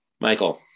Michael